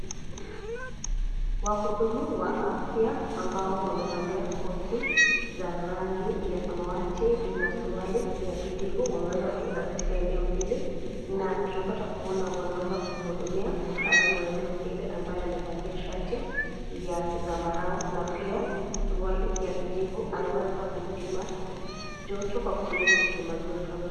Wahudumu wa afya ambao wamevalia koti za rangi ya samawati na suruali ya kijivu, wameweza katika eneo hili na tunapata kumwona wanaeza kumhudumia mkaazi wa eneo hili ambaye amevalia shati ya zambarao na pia suruali ya kijivu ,anaweza kumpima joto Kwa kutumia Kipima joto.